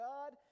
God